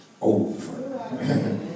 Over